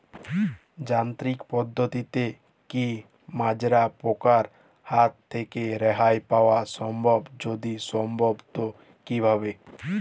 যান্ত্রিক পদ্ধতিতে কী মাজরা পোকার হাত থেকে রেহাই পাওয়া সম্ভব যদি সম্ভব তো কী ভাবে?